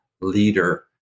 leader